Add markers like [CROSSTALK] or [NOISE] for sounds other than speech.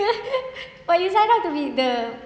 [LAUGHS] but you sign up to be the